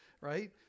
right